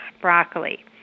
broccoli